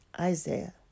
Isaiah